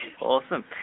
Awesome